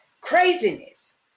craziness